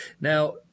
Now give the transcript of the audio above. Now